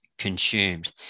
consumed